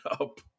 up